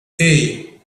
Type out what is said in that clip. hey